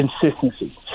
consistency